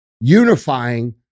unifying